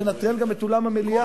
לנטרל גם את אולם המליאה,